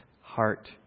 heart